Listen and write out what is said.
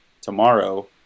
tomorrow